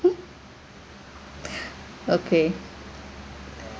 okay